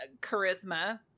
charisma